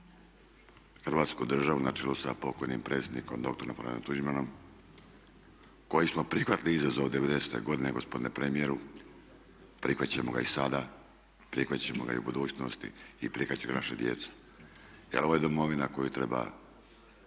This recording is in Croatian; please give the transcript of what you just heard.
Hrvatsku državu na čelu sa pokojnim predsjednikom dr. Franjom Tuđmanom, koji smo prihvatili izazov devedesete godine gospodine premijeru, prihvatit ćemo ga i sada, prihvatit ćemo ga i u budućnosti i prihvatit će ga i naša djeca. Jer ovo je Domovina koju treba